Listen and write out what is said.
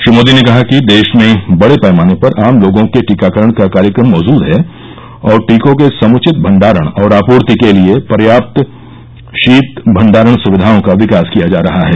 श्री मोदी ने कहा कि देश में बड़े पैमाने पर आम लोगों के टीकाकरण का कार्यक्रम मौजूद है और टीकों के समुचित भंडारण और आपूर्ति के लिए पर्याप्त शीत भंडारण सुविघाओं का विकास किया जा रहा है